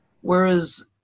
Whereas